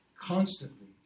constantly